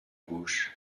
gauche